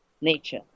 nature